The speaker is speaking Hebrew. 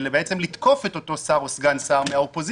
ובעצם לתקוף את אותו שר או סגן שר מהאופוזיציה,